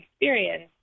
experience